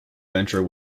venture